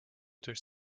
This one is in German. durch